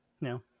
No